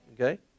Okay